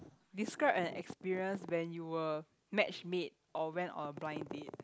describe an experience when you were matchmade or went on a blind date